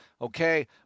okay